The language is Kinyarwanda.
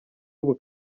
ubu